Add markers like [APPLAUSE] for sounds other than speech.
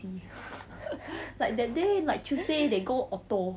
[LAUGHS]